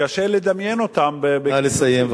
קשה לדמיין אותם, נא לסיים.